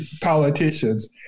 politicians